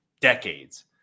decades